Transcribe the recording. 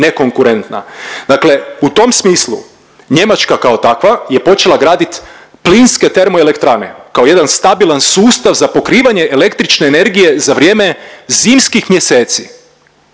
nekonkurentna. Dakle, u tom smislu Njemačka kao takva je počela gradit plinske termoelektrane kao jedan stabilan sustav za pokrivanje električne energije za vrijeme zimskih mjeseci